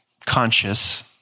conscious